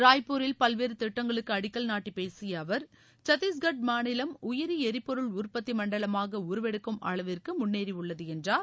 ராய்ப்பூரில் பல்வேறு திட்டங்களுக்கு அடிக்கல் நாட்டி பேசிய அவா் சத்தீஷ்கட் மாநிலம் உயிரி ளிபொருள் உற்பத்தி மண்டலமாக உருவெடுக்கும் அளவிற்கு முன்னேறியுள்ளது என்றார்